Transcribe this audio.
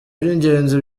by’ingenzi